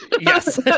yes